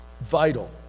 vital